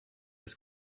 ist